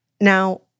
Now